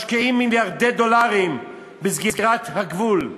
משקיעים מיליארדי דולרים בסגירת הגבול,